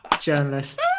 journalist